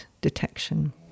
detection